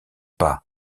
pas